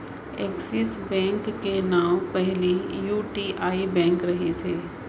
axis bank के नांव पहिली यूटीआई बेंक रहिस हे